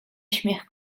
śmiech